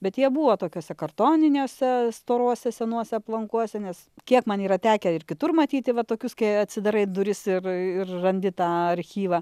bet jie buvo tokiuose kartoniniuose storuose senuose aplankuose nes kiek man yra tekę ir kitur matyti va tokius kai atsidarai duris ir ir randi tą archyvą